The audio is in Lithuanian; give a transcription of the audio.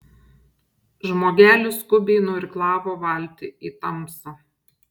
žmogelis skubiai nuirklavo valtį į tamsą